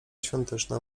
świąteczna